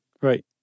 Right